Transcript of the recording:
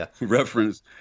reference